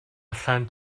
allan